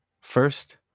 first